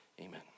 Amen